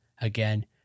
again